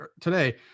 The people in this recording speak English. today